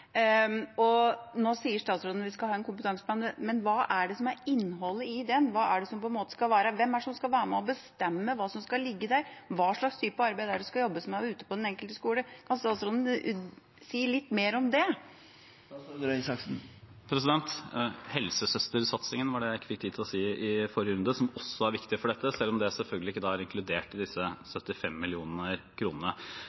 på å bestemme hva som skal ligge i den? Hva slags type arbeid skal det jobbes med ute på den enkelte skole? Kan statsråden si litt mer om det? Helsesøstersatsingen var det jeg ikke fikk tid til å nevne i forrige runde, noe som også er viktig for dette, selv om det selvfølgelig ikke er inkludert i disse